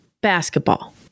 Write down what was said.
basketball